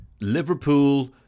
liverpool